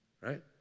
right